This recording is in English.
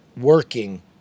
working